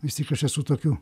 vis tik aš esu tokių